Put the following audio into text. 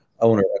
owner